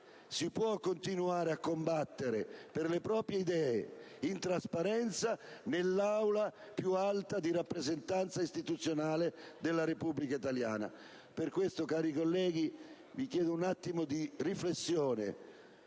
si può continuare a combattere per le proprie idee in trasparenza nell'Aula più alta di rappresentanza istituzionale della Repubblica italiana. Per questo, cari colleghi, vi chiedo un attimo di riflessione,